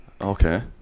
okay